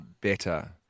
better